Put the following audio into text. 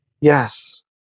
Yes